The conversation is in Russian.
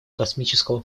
космического